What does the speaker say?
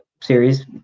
series